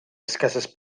escasses